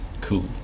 Cool